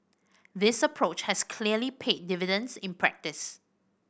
this approach has clearly paid dividends in practice